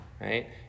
right